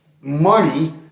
money